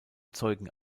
zeugen